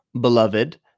beloved